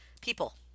people